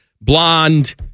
Blonde